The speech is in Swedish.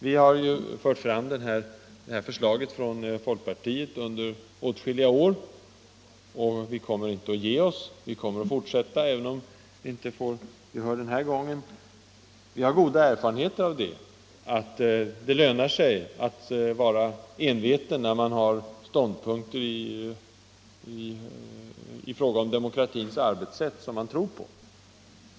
Vi har från folkpartiet fört fram det här förslaget år efter år. Vi kommer inte att ge oss. Vi kommer att fortsätta även om vi inte får gehör den här gången. Vår erfarenhet är att det lönar sig att vara enveten när man har ståndpunkter i fråga om demokratins arbetssätt som man tror på.